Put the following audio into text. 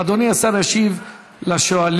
אדוני השר ישיב לשואלים.